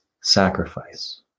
sacrifice